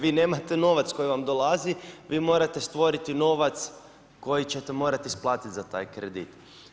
Vi nemate novac koji vam dolazi, vi morate stvoriti novac koji ćete morat isplatit za taj kredit.